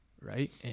right